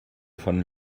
von